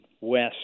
west